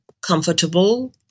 comfortable